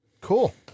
Cool